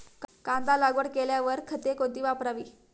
कांदा लागवड केल्यावर खते कोणती वापरावी?